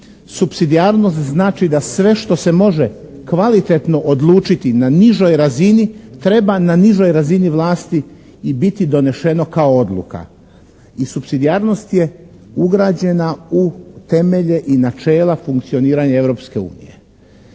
Supsidijarnost znači da sve što se može kvalitetno odlučiti na nižoj razini treba na nižoj razini vlasti i biti donešeno kao odluka. I supsidijarnost je ugrađena u temelje i načela funkcioniranje